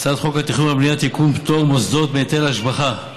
התכנון והבנייה (תיקון, פטור מוסדות מהיטל השבחה).